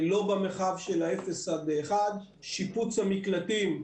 לא במרחב של ה-0 1. שיפוץ המקלטים,